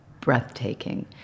breathtaking